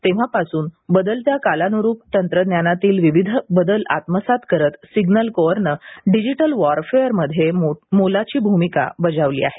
तेव्हापासून बदलत्या काळानुरूप तंत्रज्ञानातील विविध बदल आत्मसात करत सिग्नल कोअरने डिजिटल वॉरफेअरमध्ये मोलाची भूमिका बजावली आहे